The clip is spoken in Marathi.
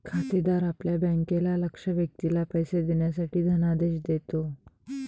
खातेदार आपल्या बँकेला लक्ष्य व्यक्तीला पैसे देण्यासाठी धनादेश देतो